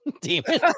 Demon